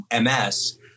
MS